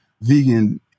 vegan